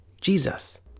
Jesus